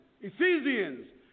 Ephesians